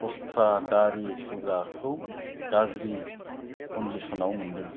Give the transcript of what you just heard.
उस्त्रा दारि सुग्राखौ गाज्रि कन्डिसनाव मोन्दों